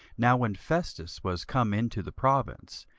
now when festus was come into the province,